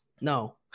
No